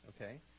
okay